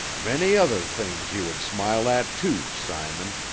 many other things you would smile at, too, simon,